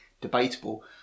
debatable